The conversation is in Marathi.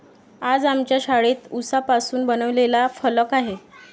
आज आमच्या शाळेत उसापासून बनवलेला फलक आहे